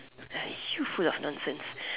uh you full of nonsense